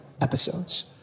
episodes